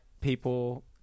people